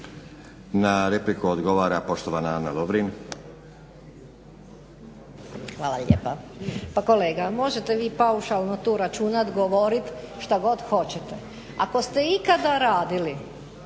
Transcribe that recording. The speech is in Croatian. Na repliku odgovora poštovana Ana Lovrin. **Lovrin, Ana (HDZ)** Hvala lijepa. Pa kolega možete vi paušalno tu računat, govorit šta god hoćete. Ako ste ikada radili